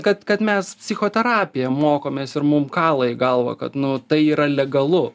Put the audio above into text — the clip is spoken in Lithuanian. kad kad mes psichoterapiją mokomės ir mum kala į galvą kad nu tai yra legalu